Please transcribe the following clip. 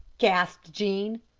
gasped jean.